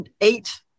eight